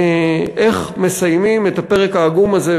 איך מסיימים את הפרק העגום הזה,